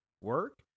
work